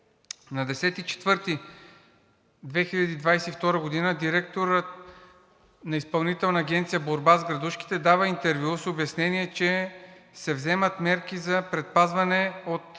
На 10 април 2022 г. директорът па Изпълнителна агенция „Борба с градушките“ дава интервю с обяснение, че се взимат мерки за предпазване от